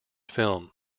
film